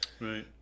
Right